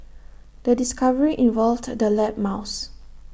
the discovery involved the lab mouse